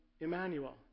Emmanuel